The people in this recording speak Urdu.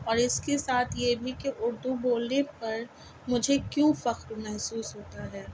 اور اس کے ساتھ یہ بھی کہ اردو بولنے پر مجھے کیوں فخر محسوس ہوتا ہے